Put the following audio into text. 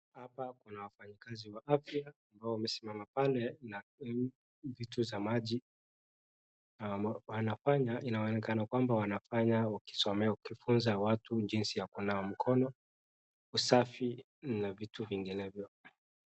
Hapa kuna wafanyikazi wa afya, ambao wamesimama pale, na vitu za maji, na wanafanya inaoenekana kwamba wanafanya wakisomea wakifunza watu jinsi ya kunawa mikono, usafi na vitu vinginevyo.